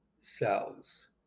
cells